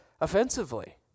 offensively